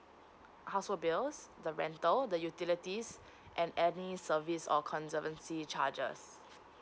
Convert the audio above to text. household bills the rental the utilities and any service or conservancy charges